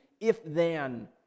if-then